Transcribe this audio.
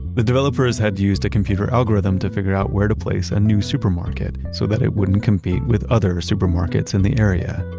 the developers had used a computer algorithm to figure out where to place a new supermarket, so that it wouldn't compete with other supermarkets in the area.